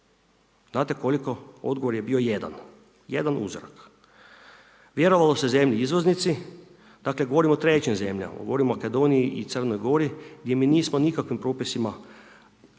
Znate koliko? Odgovor je bio 1, 1 uzorak. Vjerovalo se zemlji izvoznici, dakle govorim o trećim zemljama, o Makedoniji i Crnoj Gori gdje mi nismo nikakvim propisima, to nije